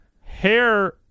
hair